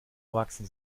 erwachsen